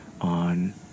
on